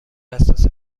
حساس